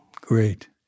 Great